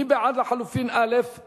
מי בעד הסתייגות 9?